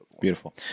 Beautiful